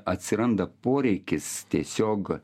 atsiranda poreikis tiesiog